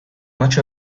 much